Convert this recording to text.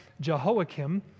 Jehoiakim